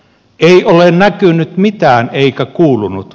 ei ole näkynyt mitään eikä kuulunut